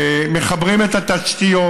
מחברים את התשתיות.